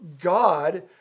God